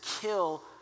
kill